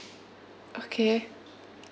okay